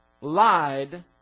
lied